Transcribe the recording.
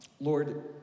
Lord